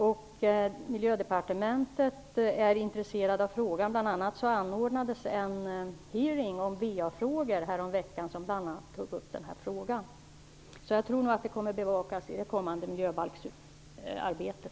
I Miljödepartementet är man intresserad av frågan. Bl.a. anordnades en hearing om VA-frågor häromveckan, då denna fråga togs upp. Så jag tror nog att frågan kommer att bevakas i det kommande miljöbalksarbetet.